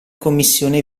commissione